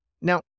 Now